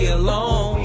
alone